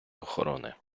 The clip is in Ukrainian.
охорони